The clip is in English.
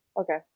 Okay